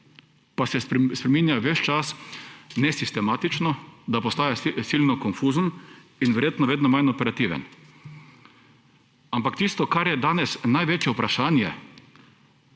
pa se spreminja ves čas nesistematično, da postaja silno konfuzen in verjetno vedno manj operativen. Ampak tisto, kar je danes največje vprašanje,